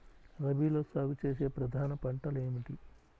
రబీలో సాగు చేసే ప్రధాన పంటలు ఏమిటి?